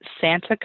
Santa